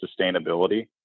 sustainability